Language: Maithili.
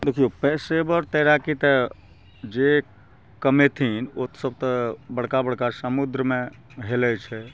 देखियौ पेशेबर तैराकी तऽ जे कमेथिन ओसब तऽ बड़का बड़का समुद्रमे हेलय छै